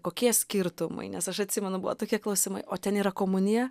kokie skirtumai nes aš atsimenu buvo tokie klausimai o ten yra komunija